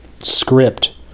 script